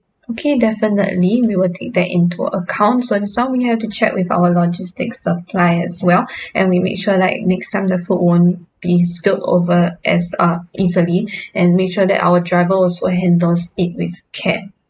okay definitely we will take that into account so this one we have to check with our logistics supply as well and we make sure like next time the food won't be spilled over as uh easily and make sure that our driver also handles it with care